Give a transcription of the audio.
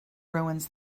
ruins